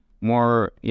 more